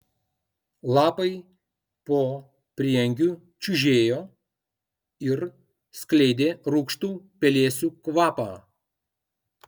lapai po prieangiu čiužėjo ir skleidė rūgštų pelėsių kvapą